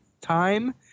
time